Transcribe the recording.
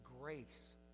grace